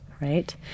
right